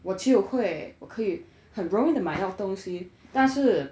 不就会我可以很容易的买到东西东西但是